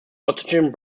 oxygen